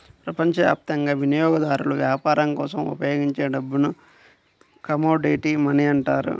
ప్రపంచవ్యాప్తంగా వినియోగదారులు వ్యాపారం కోసం ఉపయోగించే డబ్బుని కమోడిటీ మనీ అంటారు